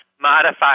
modified